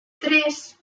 tres